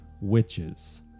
witches